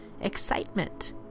excitement